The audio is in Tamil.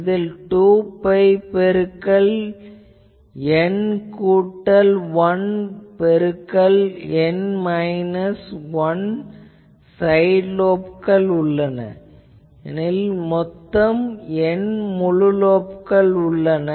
இதில் 2 பை பெருக்கல் N கூட்டல் 1 பெருக்கல் N மைனஸ் 1 சைட் லோப்கள் உள்ளன ஏனெனில் மொத்தம் N முழு லோப்கள் உள்ளன